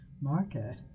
market